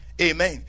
Amen